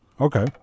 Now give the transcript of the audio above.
Okay